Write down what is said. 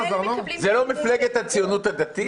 מפלגת הציונות הדתית?